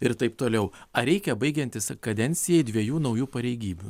ir taip toliau ar reikia baigiantis kadencijai dviejų naujų pareigybių